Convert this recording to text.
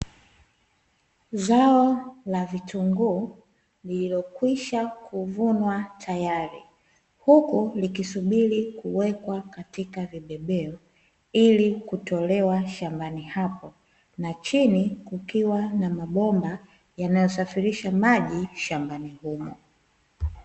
Zao la vitunguu lililokwisha kuvunwa tayari, huku likisubiri kuwekwa katika vibebeo ili kutolewa shambani hapo. Na chini kukiwa na mabomba yanayosafirisha maji shambani humo.